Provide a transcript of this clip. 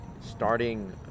starting